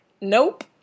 nope